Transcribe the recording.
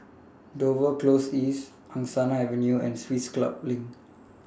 Dover Close East Angsana Avenue and Swiss Club LINK